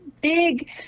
big